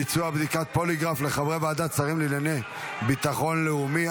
ביצוע בדיקת פוליגרף לחברי ועדת שרים לענייני ביטחון לאומי),